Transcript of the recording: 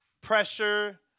pressure